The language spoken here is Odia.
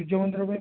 ସୂର୍ଯ୍ୟମନ୍ଦିର